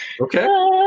Okay